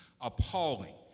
Appalling